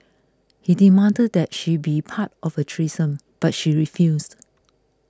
he demanded that she be part of a threesome but she refused